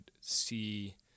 see